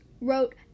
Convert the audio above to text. wrote